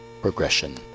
progression